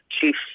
chief